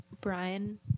Brian